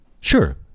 Sure